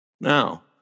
Now